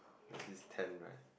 there's this tent right